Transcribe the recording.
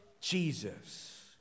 Jesus